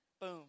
Boom